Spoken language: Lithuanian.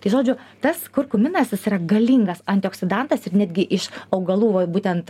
tai žodžiu tas kurkuminas jis yra galingas antioksidantas ir netgi iš augalų va būtent